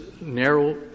narrow